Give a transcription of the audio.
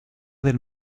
del